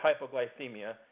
hypoglycemia